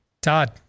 Todd